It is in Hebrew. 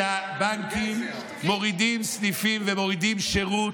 שהבנקים מורידים סניפים ומורידים שירות,